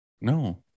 no